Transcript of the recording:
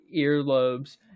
earlobes